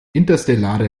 interstellare